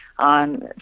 On